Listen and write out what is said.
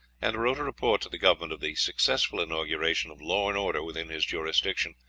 and wrote a report to the government of the successful inauguration of law and order within his jurisdiction,